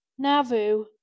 Navu